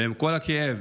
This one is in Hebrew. ועם כל הכאב